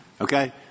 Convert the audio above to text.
Okay